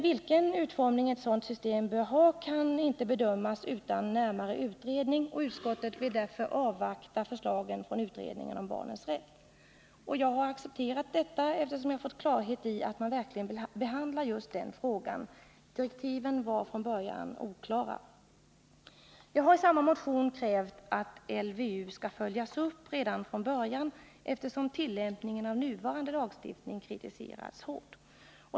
Vilken utformning ett sådant system bör ha kan dock inte bedömas utan närmare utredning. Utskottet vill därför avvakta förslagen från utredningen om barnets rätt. Jag har accepterat detta, eftersom jag fått klarhet i att man verkligen behandlar just den frågan. Direktiven var från början oklara. Jag har i samma motion krävt att LVU skall följas upp redan från början, eftersom tillämpningen av nuvarande lagstiftning kritiserats hårt.